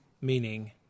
Meaning